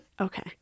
Okay